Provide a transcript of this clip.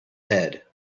head